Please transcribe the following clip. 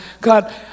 God